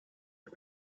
you